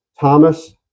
Thomas